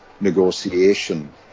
negotiation